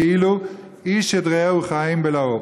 כאילו איש את רעהו חיים בלעו.